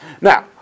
Now